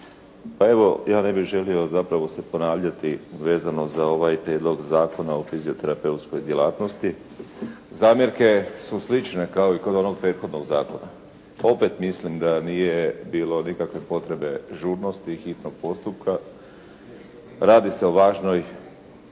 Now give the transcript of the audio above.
Pa evo ja ne bih želio zapravo se ponavljati vezano za ovaj Prijedlog zakona o fizioterapeutskoj djelatnosti. Zamjerke su slične kao i kod onog prethodnog zakona. Opet mislim da nije bilo nikakve potrebe žurnosti i hitnog postupka. Radi se o važnoj